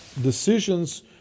decisions